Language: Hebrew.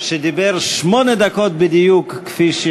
שדיבר שמונה דקות בדיוק, כפי,